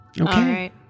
Okay